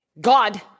God